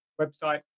website